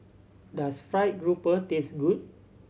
does fried grouper taste good